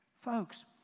Folks